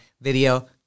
video